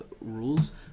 rules